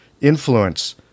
influence